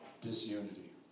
disunity